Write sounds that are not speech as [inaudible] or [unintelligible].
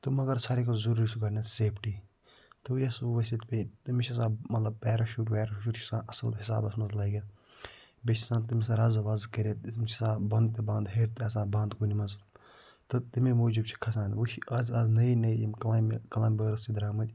تہٕ مگر ساروے کھۄتہٕ ضٔروٗری چھِ گۄڈٕنٮ۪تھ سیفٹی تہٕ یَس وۄنۍ ؤسِتھ پے تٔمِس چھِ آسان مَطلَب پیرَشوٗٹ ویرَشوٗٹ چھِ آسان اَصٕل حِسابَس مَنٛز لٲگِتھ بیٚیہِ چھِ آسان تٔمِس رَزٕ وَزٕ کٔرِتھ [unintelligible] چھِ آسان بۄنہٕ تہِ بنٛد ہیٚرِ تہِ آسان بنٛد کُنہِ مَنٛز تہٕ تَمے موٗجوٗب چھِ کھَسان وۄنۍ چھِ آز آز نٔے نٔے یِم کٕلایمبہٕ کٕلایِمبٲرٕس چھِ درامٕتۍ